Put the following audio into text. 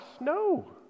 No